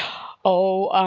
oh,